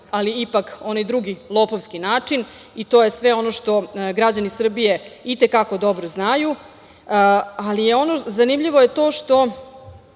ali ipak onaj drugi lopovski način, i to je sve ono što građani Srbije i te kako dobro znaju, ali zanimljivo je to što